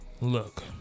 look